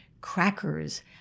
crackers